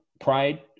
pride